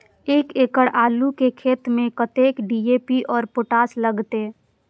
एक एकड़ आलू के खेत में कतेक डी.ए.पी और पोटाश लागते?